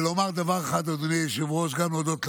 ולומר דבר אחד, אדוני היושב-ראש, גם להודות לך,